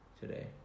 today